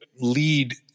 lead